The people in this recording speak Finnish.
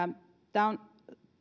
tämä on